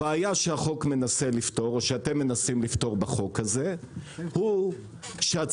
הבעיה שהחוק מנסה לפתור או שאתם מנסים לפתור בחוק הזה הוא שהציבור